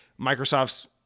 Microsoft's